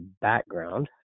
background